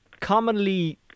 commonly